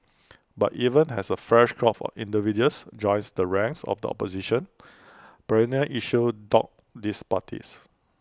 but even as A fresh crop of individuals joins the ranks of the opposition perennial issues dog these parties